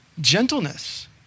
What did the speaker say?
Gentleness